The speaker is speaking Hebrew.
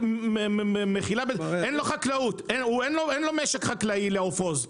אין לו חקלאות, לעוף עוז.